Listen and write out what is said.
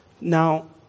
Now